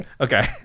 Okay